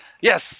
Yes